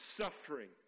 suffering